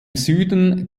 süden